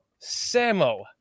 Sammo